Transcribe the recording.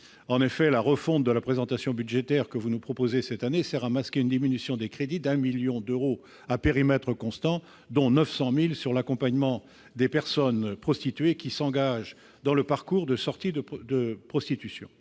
femmes ». La refonte de la présentation budgétaire que vous nous proposez cette année sert en effet à masquer une diminution des crédits de 1 million d'euros à périmètre constant, dont 900 000 euros sur l'accompagnement des personnes prostituées qui s'engagent dans le parcours de sortie de la prostitution.